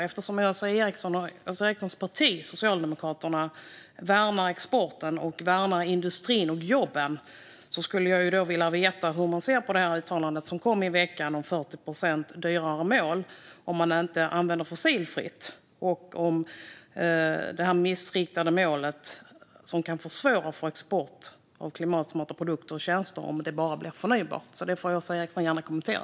Eftersom Åsa Eriksson och hennes parti, Socialdemokraterna, värnar exporten, industrin och jobben skulle jag vilja veta hur hon ser på det uttalande som kom i veckan om 40 procent dyrare el om man inte använder fossilfritt och om detta missriktade mål, som kan försvåra export av klimatsmarta produkter och tjänster om det bara blir förnybart. Det får Åsa Eriksson gärna kommentera.